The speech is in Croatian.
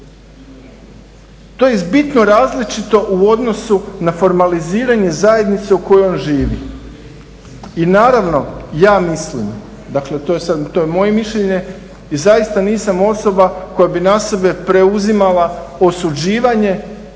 To je bitno različito u odnosu na formaliziranje zajednice u kojoj on živi. I naravno ja mislim, dakle to je sad moje mišljenje, i zaista nisam osoba koja bi na sebe preuzimala osuđivanje